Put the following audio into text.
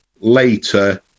later